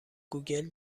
گوگل